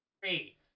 Three